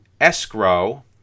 escrow